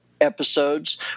episodes